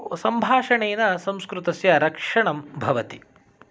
सम्भाषणेन संस्कृतस्य रक्षणं भवति